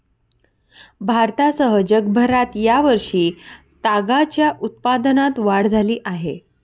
भारतासह जगभरात या वर्षी तागाच्या उत्पादनात वाढ झाली आहे